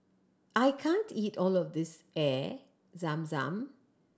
I can't eat all of this Air Zam Zam